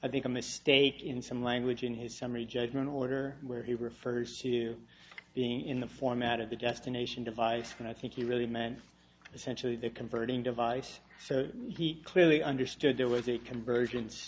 i think a mistake in some language in his summary judgment order where he refers to being in the format of the destination device when i think you really meant essentially the converting device so he clearly understood there was a conver